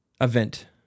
Event